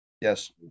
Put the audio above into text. Yes